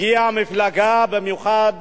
הגיעה מפלגה, במיוחד